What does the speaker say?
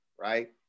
right